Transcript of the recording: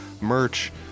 merch